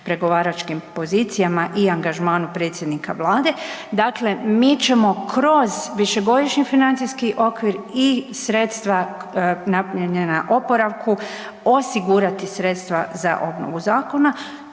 pregovaračkim pozicijama i angažmanu predsjednika Vlade, dakle mi ćemo kroz višegodišnji financijski okvir i sredstva namijenjena oporavku osigurati sredstva za obnovu zakona,